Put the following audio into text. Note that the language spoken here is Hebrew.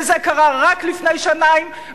וזה קרה רק לפני שנתיים,